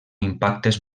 impactes